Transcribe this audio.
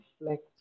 reflect